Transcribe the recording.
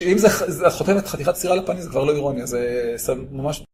אם את חותמת חתיכת סירה לפני, זה כבר לא אירוניה, זה ממש...